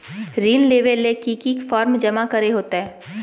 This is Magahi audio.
ऋण लेबे ले की की फॉर्म जमा करे होते?